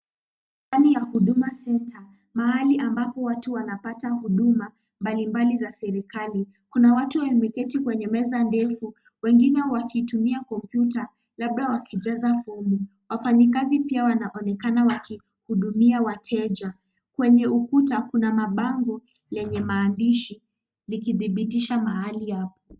Hapa ni huduma center. Mahali ambapo watu wanapata huduma mbali mbali za serikali. Kuna watu wameketi kwenye kiti ndefu, wengine wakitumia kompyuta labda wakijaza fomu. Wafanyikazi pia wanaonekana wakihudumia wateja. Kwenye ukuta kuna mabango lenye maandishi, likithibitisha mahali hapo.